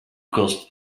cost